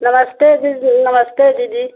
नमस्ते दीदी नमस्ते दीदी